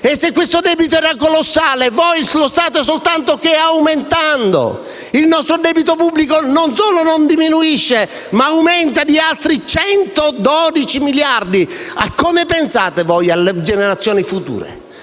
un debito colossale? Voi lo state soltanto aumentando. Il nostro debito pubblico non solo non diminuisce, ma aumenta di altri 112 miliardi. Come pensate voi alle generazioni future?